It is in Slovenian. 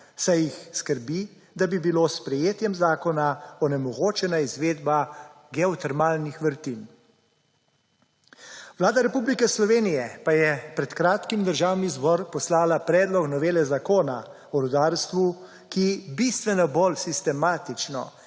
saj jih skrbi, da bi bilo s sprejetjem zakona onemogočena izvedba geotermalnih vrtin. Vlada Republike Slovenije pa je pred kratkim v Državni zbor poslala predlog novele Zakona o rudarstvu, ki bistveno bolj sistematično